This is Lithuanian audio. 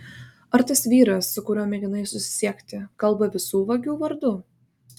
ar tas vyras su kuriuo mėginai susisiekti kalba visų vagių vardu